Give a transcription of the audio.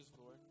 Lord